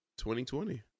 2020